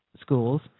schools